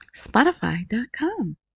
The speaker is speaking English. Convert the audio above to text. spotify.com